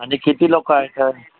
आणि किती लोकं आहे सर